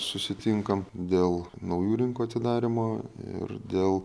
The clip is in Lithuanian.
susitinkam dėl naujų rinkų atidarymo ir dėl